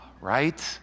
Right